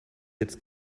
jetzt